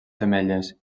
femelles